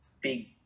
big